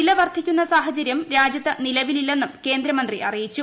വില വർദ്ധിക്കുന്ന സാഹചര്യം രാജ്യത്ത് നിലവിലില്ലെന്നും കേന്ദ്രമന്ത്രി അറിയിച്ചു